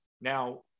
Now